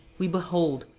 we behold,